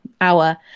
hour